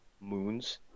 moons